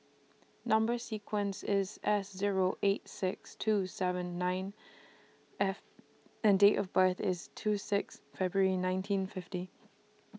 Number sequence IS S Zero eight six two seven nine F and Date of birth IS two six February nineteen fifty